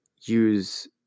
use